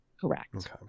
Correct